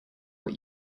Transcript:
what